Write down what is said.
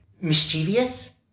mischievous